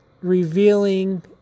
revealing